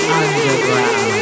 underground